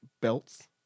belts